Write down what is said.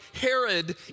Herod